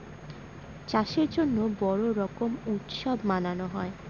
চাষের জন্য বড়ো রকম উৎসব মানানো হয়